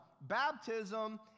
baptism